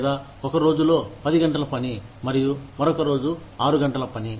లేదా ఒక రోజులో పది గంటల పని మరియు మరొక రోజు 6 గంటల పని